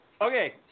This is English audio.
Okay